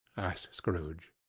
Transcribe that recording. asked scrooge.